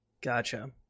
gotcha